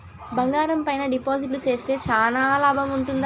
బంగారం పైన డిపాజిట్లు సేస్తే చానా లాభం ఉంటుందా?